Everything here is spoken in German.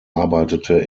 arbeitete